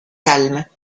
calme